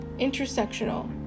intersectional